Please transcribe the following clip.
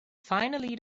finally